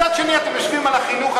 מצד שני אתם יושבים על החינוך,